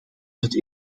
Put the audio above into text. het